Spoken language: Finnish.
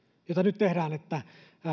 jota nyt tehdään että